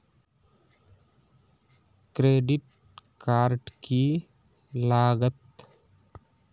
Credit card की लागत?